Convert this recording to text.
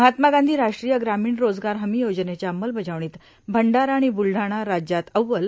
महात्मा गांधी राष्ट्रीय ग्रामीण रोजगार हमी योजनेच्या अंमलबजावणीत भंडारा र्आण बूलडाणा राज्यात अव्वल